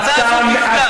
וההצעה הזאת תפגע.